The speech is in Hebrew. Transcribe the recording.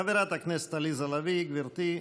חברת הכנסת עליזה לביא, גברתי.